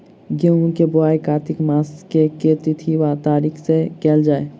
गेंहूँ केँ बोवाई कातिक मास केँ के तिथि वा तारीक सँ कैल जाए?